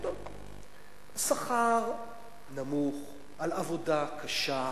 שכר נמוך על עבודה קשה,